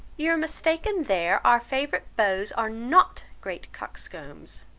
you are mistaken there, our favourite beaux are not great coxcombs.